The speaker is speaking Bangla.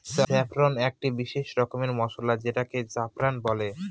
স্যাফরন একটি বিশেষ রকমের মসলা যেটাকে জাফরান বলে